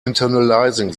internalizing